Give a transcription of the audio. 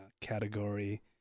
category